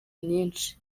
nyinshi